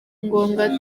ngombwa